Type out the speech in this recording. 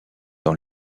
dans